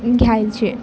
घ्यायचे